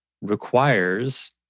requires